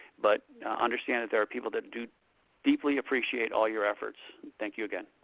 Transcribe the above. but understand that there are people that do deeply appreciate all your efforts. thank you again.